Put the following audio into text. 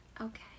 Okay